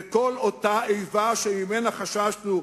וכל אותה איבה שממנה חששנו,